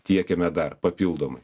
tiekiame dar papildomai